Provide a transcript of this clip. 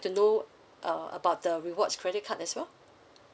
to know err about the rewards credit card as well